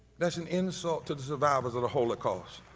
that's an insult to the survivors of the holocaust,